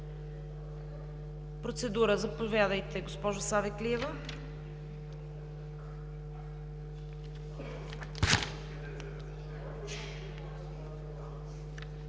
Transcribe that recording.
процедура – заповядайте, госпожо Савеклиева.